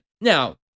Now